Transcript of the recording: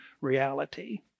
reality